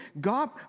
God